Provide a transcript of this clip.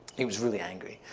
he was really angry.